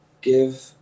give